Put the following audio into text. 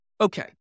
okay